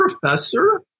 professor